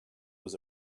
was